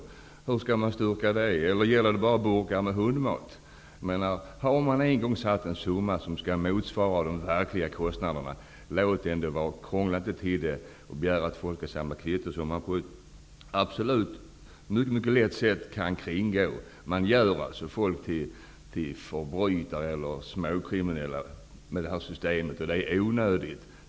Hur skall man styrka det? Gäller det bara burkar med hundmat? Man har en gång fastställt en summa som skall motsvara de verkliga kostnaderna. Låt den då vara. Krångla inte till det och begär att folket skall samla kvitton, en bestämmelse som man på ett mycket lätt sätt kan kringgå. Man gör folk till förbrytare, eller småkriminella, med det här systemet. Det är onödigt.